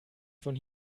von